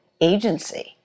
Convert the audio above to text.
agency